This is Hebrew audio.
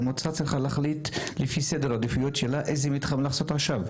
והמועצה צריכה להחליט לפי סדר עדיפויות שלה איזה מתחם לעשות עכשיו.